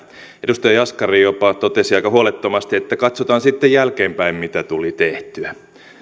edustaja jaskari jopa totesi aika huolettomasti että katsotaan sitten jälkeenpäin mitä tuli tehtyä